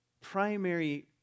primary